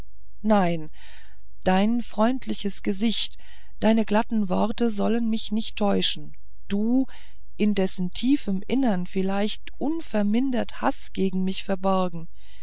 nein dein freundliches gesicht deine glatten worte sollen mich nicht täuschen du in dessen tiefem innern vielleicht unverdienter haß gegen mich verborgen